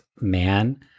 man